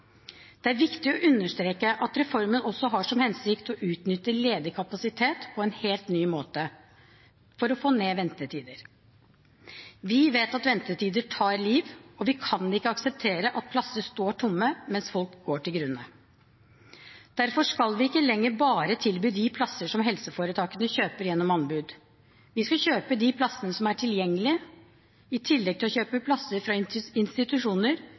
Det er viktig å understreke at reformen også har som hensikt å utnytte ledig kapasitet på en helt ny måte, for å få ned ventetider. Vi vet at ventetider tar liv, og vi kan ikke akseptere at plasser står tomme mens folk går til grunne. Derfor skal vi ikke lenger bare tilby de plasser som helseforetakene kjøper gjennom anbud. Vi skal kjøpe de plassene som er tilgjengelige, i tillegg til å kjøpe plasser fra institusjoner